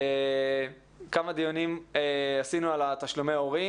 כמה דיונים עשינו על תשלומי הורים,